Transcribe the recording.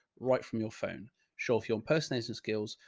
right from your phone shelf. ian personalism skills,